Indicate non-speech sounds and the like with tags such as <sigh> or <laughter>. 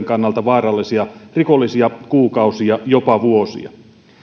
<unintelligible> kannalta vaarallisia rikollisia kuukausia jopa vuosia